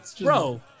Bro